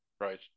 Right